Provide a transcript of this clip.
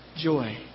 joy